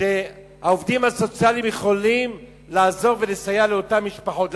שהעובדים הסוציאליים יכולים לעזור ולסייע לאותן משפחות.